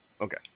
okay